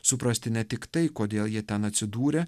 suprasti ne tik tai kodėl jie ten atsidūrė